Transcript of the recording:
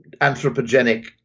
anthropogenic